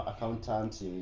accountant